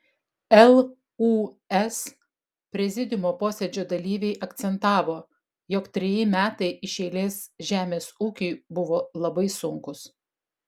lūs prezidiumo posėdžio dalyviai akcentavo jog treji metai iš eilės žemės ūkiui buvo labai sunkūs